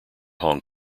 hong